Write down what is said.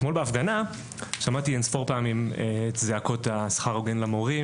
אתמול בהפגנה שמעתי אין ספור פעמים את הזעקות "שכר הוגן למורים",